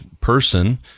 person